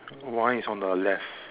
one is on the left